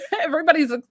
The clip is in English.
Everybody's